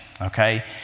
Okay